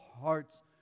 hearts